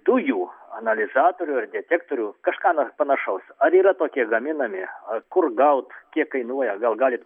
dujų analizatorių ar detektorių kažką nors panašaus ar yra tokie gaminami a kur gaut kiek kainuoja gal galit